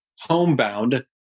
homebound